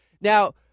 Now